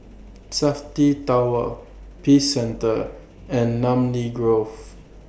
Safti Tower Peace Centre and Namly Grove